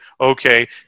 Okay